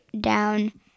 down